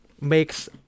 makes